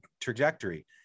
trajectory